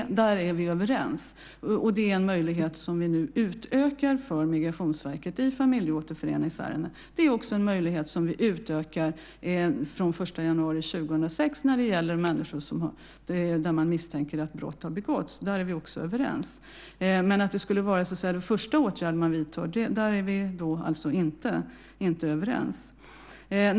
Där är vi överens. Det är en möjlighet som vi nu utökar för Migrationsverket i familjeåterföreningsärenden. Det är också en möjlighet som vi utökar från den 1 januari 2006 när man misstänker att brott har begåtts. Där är vi också överens. Men att det skulle vara den första åtgärden man vidtar är vi inte överens om.